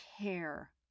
care